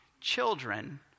children